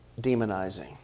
demonizing